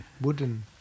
wooden